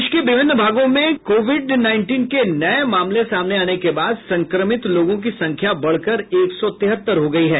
देश के विभिन्न भागों से कोविड नाईइटिन के नये मामले सामने आने के बाद संक्रमित लोगों की संख्या बढ़कर एक सौ तिहत्तर हो गयी है